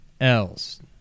else